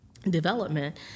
Development